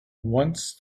once